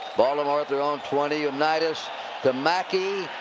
baltimore at their own twenty. unitas to mackey.